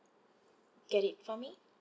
get it for me